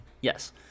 Yes